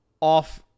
off